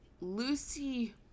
Lucy